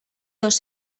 dos